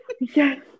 Yes